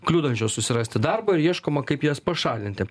kliudančios susirasti darbą ir ieškoma kaip jas pašalinti